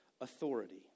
authority